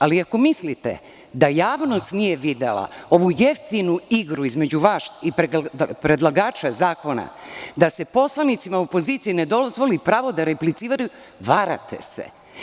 Ali, ako mislite da javnost nije videla ovu jeftinu igru između vas i predlagača zakona da se poslanicima opozicije ne dozvoli pravo da repliciraju, varate se.